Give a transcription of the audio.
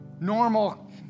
normal